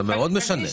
זה מאוד משנה.